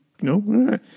No